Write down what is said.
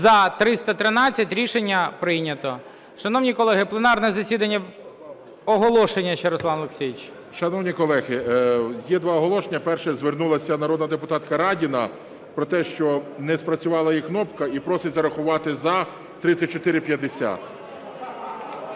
За-313 Рішення прийнято. Шановні колеги, пленарне засідання… Оголошення ще, Руслан Олексійович. 14:58:18 СТЕФАНЧУК Р.О. Шановні колеги, є два оголошення. Перше. Звернулася народна депутатка Радіна про те, що не спрацювала її кнопка і просить зарахувати "за" 3450.